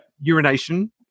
urination